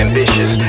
Ambitious